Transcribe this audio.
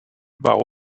bau